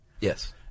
yes